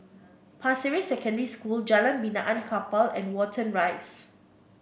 Pasir Ris Secondary School Jalan Benaan Kapal and Watten Rise